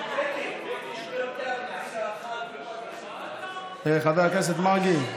היושב-ראש, חבר הכנסת מרגי.